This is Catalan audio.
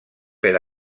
per